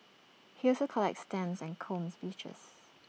he also collects stamps and combs beaches